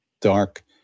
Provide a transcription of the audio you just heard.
dark